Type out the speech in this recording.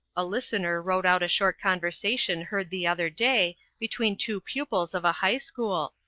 a listener wrote out a short conversation heard the other day between two pupils of a high-school,